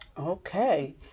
Okay